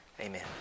Amen